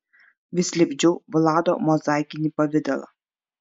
vis lipdžiau vlado mozaikinį pavidalą